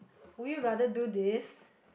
would you rather do this